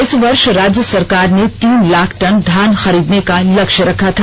इस वर्ष राज्य सरकार ने तीन लाख टन धान खरीदने का लक्ष्य रखा था